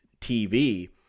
TV